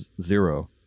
Zero